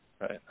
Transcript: Right